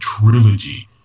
trilogy